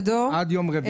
קודם נקריא את